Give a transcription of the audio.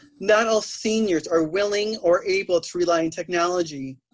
not all seniors are willing or able to rely on technology